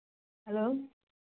hello